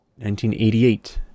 1988